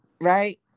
right